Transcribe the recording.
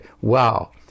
Wow